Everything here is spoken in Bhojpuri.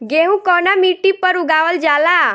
गेहूं कवना मिट्टी पर उगावल जाला?